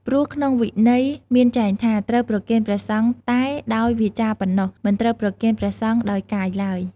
ព្រោះក្នុងវិន័យមានចែងថា ត្រូវប្រគេនព្រះសង្ឃតែដោយវាចាប៉ុណ្ណោះ មិនត្រូវប្រគេនព្រះសង្ឃដោយកាយឡើយ។